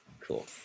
Cool